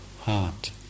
heart